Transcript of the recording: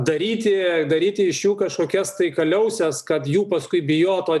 daryti daryti iš jų kažkokias tai kaliauses kad jų paskui bijot o